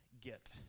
get